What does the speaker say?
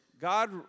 God